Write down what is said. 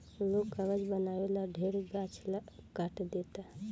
लोग कागज बनावे ला ढेरे गाछ काट देता